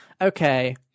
Okay